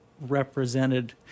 represented